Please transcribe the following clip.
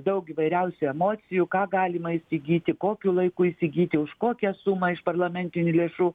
daug įvairiausių emocijų ką galima įsigyti kokiu laiku įsigyti už kokią sumą iš parlamentinių lėšų